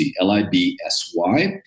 L-I-B-S-Y